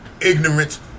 ignorance